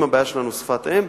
אם הבעיה שלנו היא שפת אם,